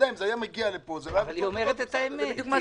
היא אומרת את האמת.